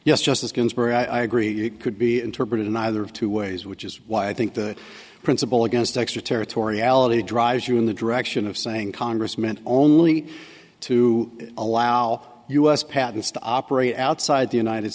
yes justice ginsburg i agree it could be interpreted in either of two ways which is why i think the principle against extraterritoriality drives you in the direction of saying congress meant only to allow us patents to operate outside the united